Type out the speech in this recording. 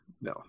No